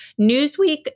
Newsweek